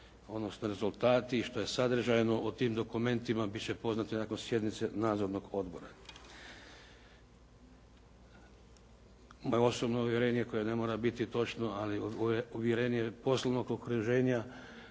odnosno rezultati što je sadržajno u tim dokumentima biti će poznato nakon sjednice nadzornog odbora. Moje osobno uvjerenje koje ne mora biti točno, ali uvjerenje poslovnog okruženja